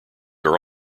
are